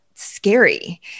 scary